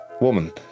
woman